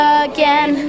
again